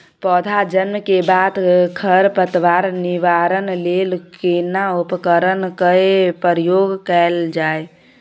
पौधा जन्म के बाद खर पतवार निवारण लेल केना उपकरण कय प्रयोग कैल जाय?